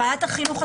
ועדת החינוך,